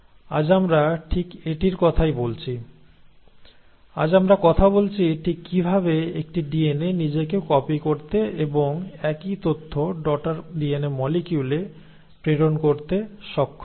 আজ আমরা ঠিক এটির কথাই বলছি আজ আমরা কথা বলছি ঠিক কিভাবে একটি ডিএনএ নিজেকে কপি করতে এবং একই তথ্য ডটার ডিএনএ মলিকিউলে প্রেরণ করতে সক্ষম হয়